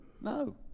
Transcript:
No